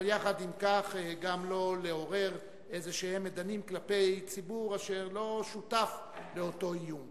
אבל יחד עם כך גם לא לעורר מדנים כלפי ציבור אשר לא שותף לאותו איום.